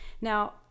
Now